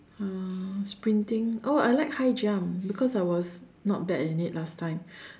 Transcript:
uh sprinting oh I like high jump because I was not bad in it last time